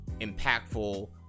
impactful